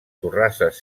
torrasses